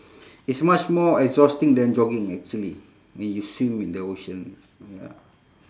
it's much more exhausting than jogging actually when you swim in the ocean ya